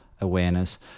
awareness